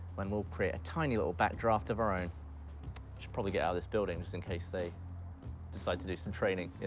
when we'll create a tiny little backdraft of our own. we should probably get out of this building just in case they decide to do some training in